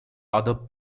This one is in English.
other